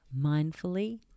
mindfully